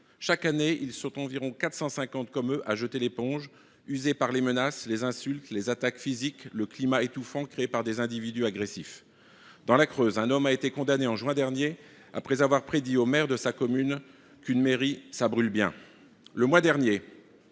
Chaque année, ils sont environ 450 à jeter ainsi l’éponge, usés par les menaces, les insultes, les attaques physiques, le climat étouffant créé par des individus agressifs. Dans la Creuse, un homme a été condamné en juin dernier après avoir déclaré au maire de sa commune :« Une mairie, ça brûle bien !» Le mois dernier,